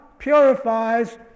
purifies